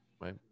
right